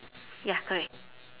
ya correct